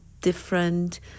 different